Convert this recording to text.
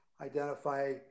identify